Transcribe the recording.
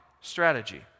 strategy